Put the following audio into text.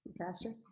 Pastor